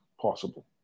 possible